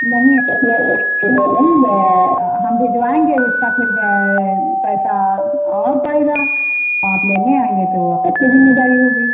नहीं हम भिजवाएँगे उसका फिर पैसा और पड़ेगा आप लेने आएँगे तो आपकी जिम्मेदारी होगी